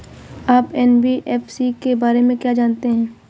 आप एन.बी.एफ.सी के बारे में क्या जानते हैं?